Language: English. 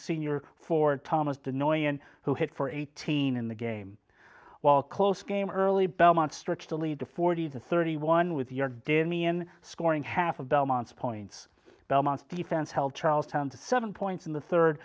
senior for thomas dinoire who hit for eighteen in the game while close game early belmont stretch the lead to forty to thirty one with your damien scoring half of belmont's points belmont's defense held charlestown to seven points in the third